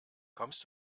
kommst